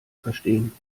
verstehen